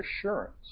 assurance